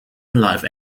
live